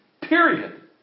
Period